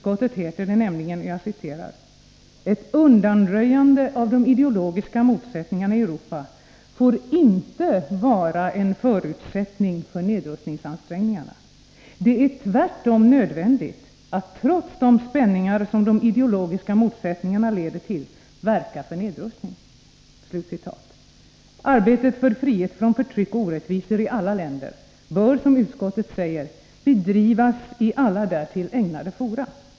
Där heter det nämligen: ”Ett undanröjande av de ideologiska motsättningarna i Europa får inte vara en förutsättning för nedrustningsansträngningarna. Det är tvärtom nödvändigt att trots de spänningar som de ideologiska motsättningarna leder till verka för nedrustning.” Arbetet för frihet från förtryck och orättvisor i alla länder bör — som utskottet säger — ”bedrivas i alla därtill ägnade fora.